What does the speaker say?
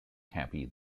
happy